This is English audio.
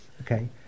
Okay